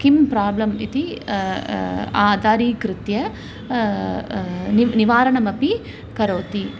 किं प्राब्लम् इति आधारीकृत्य निव् निवारणमपि करोति